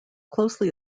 closely